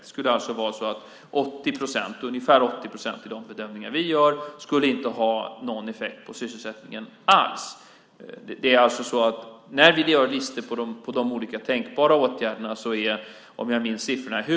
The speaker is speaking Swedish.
Det skulle alltså vara så att ungefär 80 procent - det är de bedömningar vi gör - inte skulle ha någon effekt på sysselsättningen alls. Jag ska försöka göra en snabbräkning i huvudet här. Vi får se om jag minns siffrorna rätt.